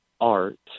art